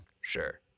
Sure